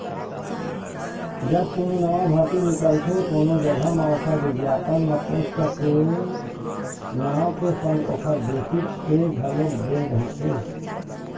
जब कोनो नवा भरती निकलथे कोनो जघा म ओखर बिग्यापन म पोस्ट के नांव के संग ओखर बेसिक पे घलोक दे रहिथे